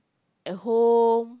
at home